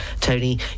Tony